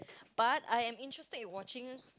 start I am interested in watching